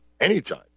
anytime